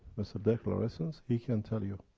mr. dirk laureyssens, he can tell you.